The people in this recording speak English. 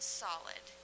solid